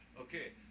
Okay